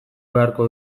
beharko